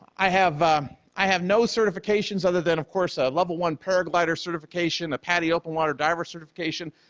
i have i have no certifications other than, of course, ah level one paraglider certification, a padi open water driver certification,